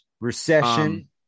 Recession